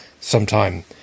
sometime